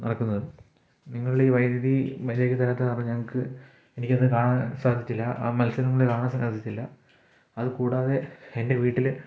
നടക്കുന്നത് നിങ്ങൾ ഈ വൈദ്യുതി മര്യാദയ്ക്ക് തരാത്തത് കാരണം ഞങ്ങൾക്ക് എനിക്ക് അന്ന് കാണാൻ സാധിച്ചില്ല ആ മത്സരങ്ങൾ കാണാൻ സാധിച്ചില്ല അത് കൂടാതെ എൻറെ വീട്ടിൽ